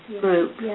group